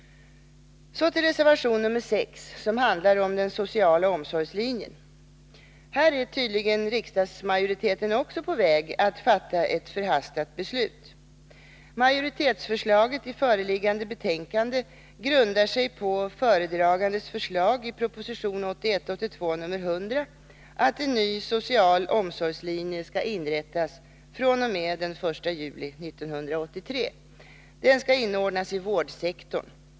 Så till reservation nr 6, som handlar om den sociala omsorgslinjen. Också här är tydligen riksdagsmajoriteten på väg att fatta ett förhastat beslut. Majoritetsförslaget i föreliggande betänkande grundar sig på föredragandes förslag i proposition 1981/82:100, att en ny social omsorgslinje skall inrättas fr.o.m. den 1 juli 1983. Den skall inordnas i vårdsektorn.